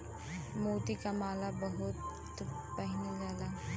मोती क माला बहुत पहिनल जाला